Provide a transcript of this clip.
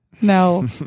No